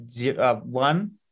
One